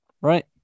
Right